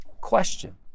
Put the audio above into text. Question